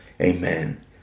Amen